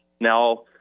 now